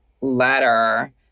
letter